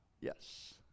yes